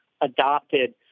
adopted